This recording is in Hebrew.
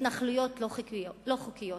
התנחלויות לא חוקיות?